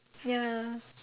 ya